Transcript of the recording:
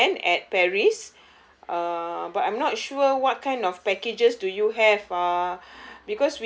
disneyland at paris uh but I'm not sure what kind of packages do you have ah